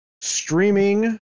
streaming